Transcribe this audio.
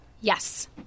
Yes